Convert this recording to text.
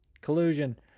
collusion